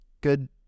good